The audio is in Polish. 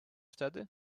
wtedy